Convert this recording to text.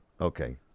Okay